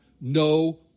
no